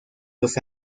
los